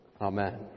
Amen